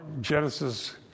Genesis